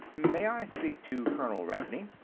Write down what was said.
may i speak to colonel ravney?